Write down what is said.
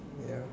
ya